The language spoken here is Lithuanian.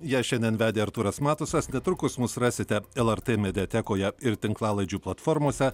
ją šiandien vedė artūras matusas netrukus mus rasite lrt mediatekoje ir tinklalaidžių platformose